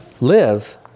live